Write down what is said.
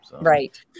right